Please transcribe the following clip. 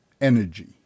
energy